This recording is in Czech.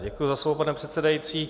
Děkuji za slovo, pane předsedající.